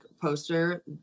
poster